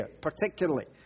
particularly